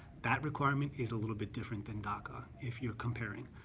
that requirement is a little bit different than daca if you're comparing.